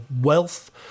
wealth